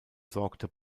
sorgte